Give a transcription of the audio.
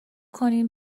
کنیم